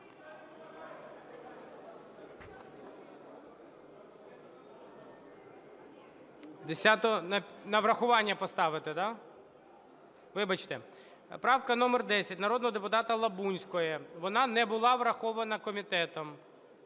Правка номер 10 народного депутата Лабунської. Вона не була врахована комітетом.